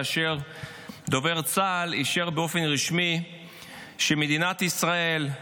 כאשר דובר צה"ל אישר באופן רשמי שמדינת ישראל,